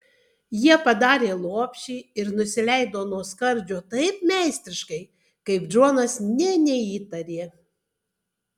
jie padarė lopšį ir nusileido nuo skardžio taip meistriškai kaip džonas nė neįtarė